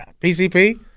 PCP